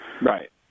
Right